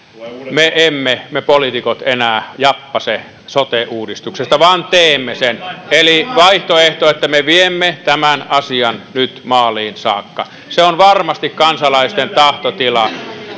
me poliitikot emme enää jappaise sote uudistuksesta vaan teemme sen eli vaihtoehto että me viemme tämän asian nyt maaliin saakka on varmasti kansalaisten tahtotila